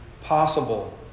possible